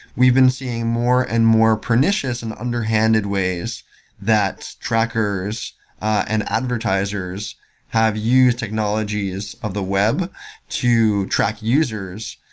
we've been seeing more and more pernicious and underhanded ways that trackers and advertisers have used technologies of the web to track users.